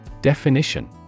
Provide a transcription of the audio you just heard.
Definition